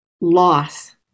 loss